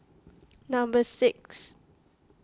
number six